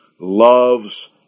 loves